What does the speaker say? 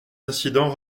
incidents